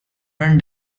run